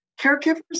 Caregivers